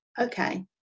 okay